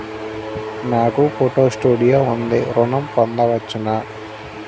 నాకు photo studio ఉంది ఋణం పొంద వచ్చునా?